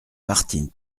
martine